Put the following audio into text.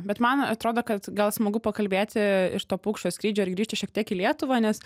bet man atrodo kad gal smagu pakalbėti iš to paukščio skrydžio ir grįžti šiek tiek į lietuvą nes